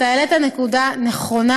אתה העלית נקודה נכונה.